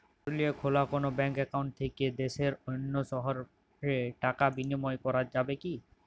পুরুলিয়ায় খোলা কোনো ব্যাঙ্ক অ্যাকাউন্ট থেকে দেশের অন্য শহরে টাকার বিনিময় করা যাবে কি?